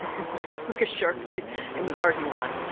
with, like, a sharpie in the parking lot.